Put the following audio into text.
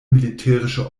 militärische